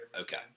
Okay